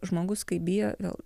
žmogus kai bijo vėl